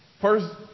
First